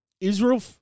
Israel